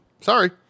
Sorry